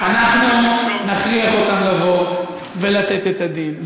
אנחנו נכריח אותם לבוא ולתת את הדין,